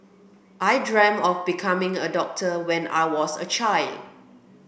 I dreamt of becoming a doctor when I was a child